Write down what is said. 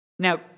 Now